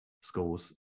schools